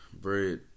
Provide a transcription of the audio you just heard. bread